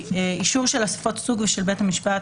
אישור של אספות סוג של בית המשפט,